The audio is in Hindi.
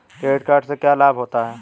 क्रेडिट कार्ड से क्या क्या लाभ होता है?